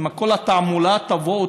עם כל התעמולה: תבואו,